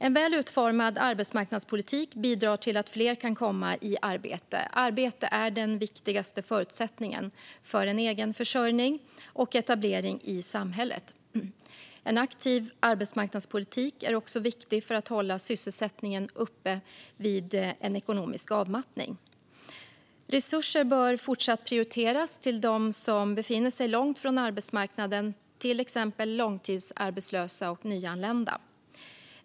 En väl utformad arbetsmarknadspolitik bidrar till att fler kan komma i arbete. Arbete är den viktigaste förutsättningen för en egen försörjning och etablering i samhället. En aktiv arbetsmarknadspolitik är också viktig för att hålla sysselsättningen uppe vid en ekonomisk avmattning. Resurser bör fortsatt prioriteras till dem som befinner sig långt från arbetsmarknaden, till exempel långtidsarbetslösa och nyanlända.